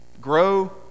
grow